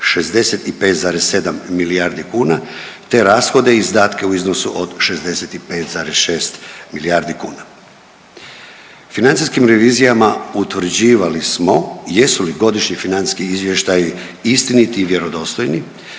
65,7 milijardi kuna te rashode i izdatke u iznosu od 65,6 milijardi kuna. Financijskim revizijama utvrđivali smo jesu li godišnji financijski izvještaji istiniti i vjerodostojni,